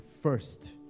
first